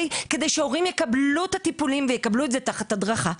כדי שהורים יקבלו את הטיפולים ויקבלו את זה תחת הדרכה.